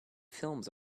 films